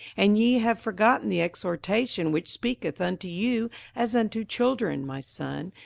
and ye have forgotten the exhortation which speaketh unto you as unto children, my son,